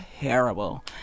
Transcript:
terrible